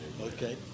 Okay